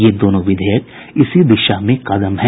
ये दोनों विधेयक इसी दिशा में कदम हैं